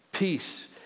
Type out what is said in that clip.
Peace